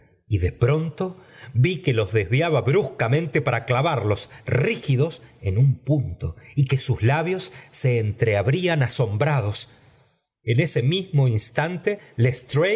y de pronto vi que los desviaba bruscamente para lavarlos rígidos en un punto y que sus labios se entreabrían asombrados en este mismo instante